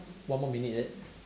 one more minute is it